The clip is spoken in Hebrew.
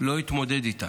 לא התמודד איתה,